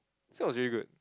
this one was really good